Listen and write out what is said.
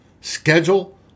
Schedule